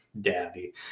dabby